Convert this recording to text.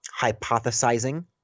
hypothesizing